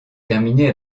terminée